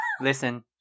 Listen